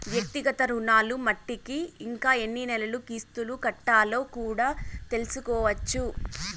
వ్యక్తిగత రుణాలు మట్టికి ఇంకా ఎన్ని నెలలు కిస్తులు కట్టాలో కూడా తెల్సుకోవచ్చు